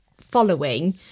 following